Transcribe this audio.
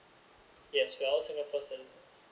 yes we're all singapore citizens